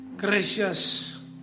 Gracious